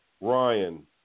Ryan